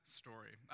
story